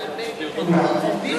מלמדים